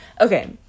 Okay